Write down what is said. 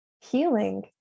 healing